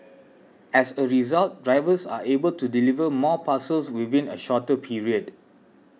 as a result drivers are able to deliver more parcels within a shorter period